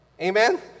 Amen